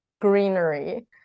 greenery